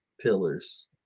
pillars